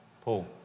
Paul